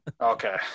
Okay